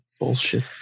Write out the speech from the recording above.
Bullshit